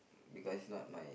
because not my